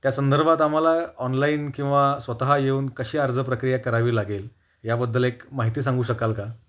त्या संदर्भात आम्हाला ऑनलाईन किंवा स्वतः येऊन कशी अर्ज प्रक्रिया करावी लागेल याबद्दल एक माहिती सांगू शकाल का